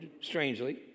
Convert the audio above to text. Strangely